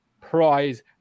prize